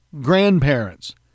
grandparents